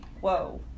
whoa